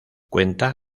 cuenta